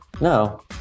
No